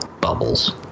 bubbles